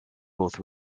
both